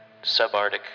subarctic